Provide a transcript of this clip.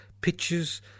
Pictures